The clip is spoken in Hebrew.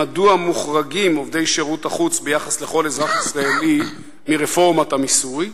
מדוע מוחרגים עובדי שירות החוץ ביחס לכל אזרח ישראלי מרפורמת המיסוי?